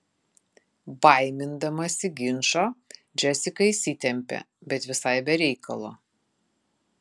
baimindamasi ginčo džesika įsitempė bet visai be reikalo